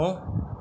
ਨੌਂ